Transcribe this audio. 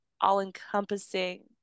all-encompassing